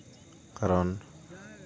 ᱠᱟᱨᱚᱱ